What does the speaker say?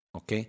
ok